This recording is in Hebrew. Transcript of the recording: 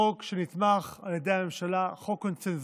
הוא חוק שנתמך על ידי הממשלה, חוק קונסנזואלי.